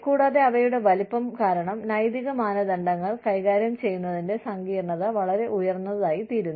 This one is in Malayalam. കൂടാതെ അവയുടെ വലിപ്പം കാരണം നൈതിക മാനദണ്ഡങ്ങൾ കൈകാര്യം ചെയ്യുന്നതിന്റെ സങ്കീർണ്ണത വളരെ ഉയർന്നതായിത്തീരുന്നു